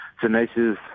tenacious